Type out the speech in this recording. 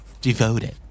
Devoted